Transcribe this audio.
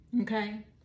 Okay